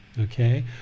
Okay